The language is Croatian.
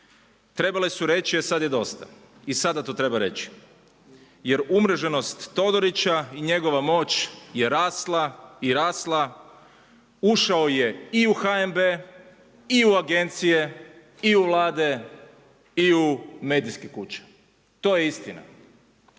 Trebale su reći e sad je dosta i sada to treba reći, jer umreženost Todorića i njegova moć je rasla i rasla, ušao je i u HNB i u agencije i u Vlade i u medijske kuće. To je istina.